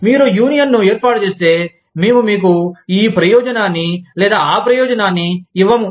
మీరు యూనియన్ను ఏర్పాటు చేస్తే మేము మీకు ఈ ప్రయోజనాన్ని లేదా ఆ ప్రయోజనాన్ని ఇవ్వము